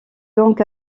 donc